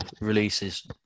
releases